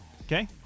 Okay